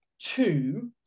two